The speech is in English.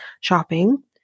shopping